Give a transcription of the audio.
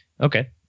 Okay